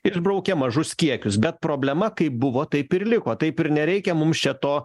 išbraukia mažus kiekius bet problema kaip buvo taip ir liko taip ir nereikia mums čia to